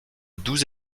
douze